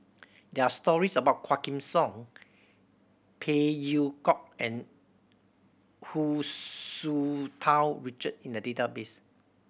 there are stories about Quah Kim Song Phey Yew Kok and Hu Tsu Tau Richard in the database